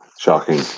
Shocking